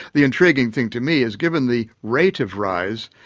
the intriguing thing to me is given the rate of rise,